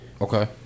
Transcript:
Okay